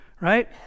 Right